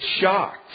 shocked